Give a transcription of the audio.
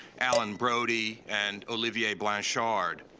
alan brody, and olivier blanchard.